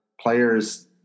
players